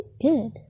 good